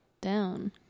down